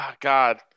God